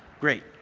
great.